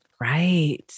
Right